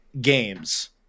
games